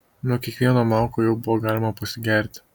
nuo kiekvieno mauko jau buvo galima pasigerti